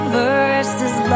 versus